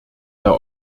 der